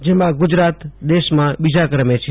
જેમાં ગુજરાત દેશમાં બીજા ક્રમે છે